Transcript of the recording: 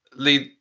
lee,